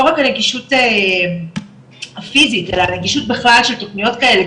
לא רק נגישות הפיסית אלא גם נגישות בכלל של תוכניות כאלה,